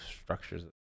structures